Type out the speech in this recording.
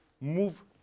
move